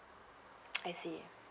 I see